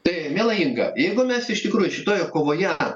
tai miela inga jeigu mes iš tikrųjų šitoje kovoje